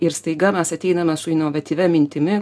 ir staiga mes ateiname su inovatyvia mintimi